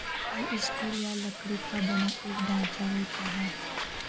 हल स्टील या लकड़ी का बना एक ढांचा होता है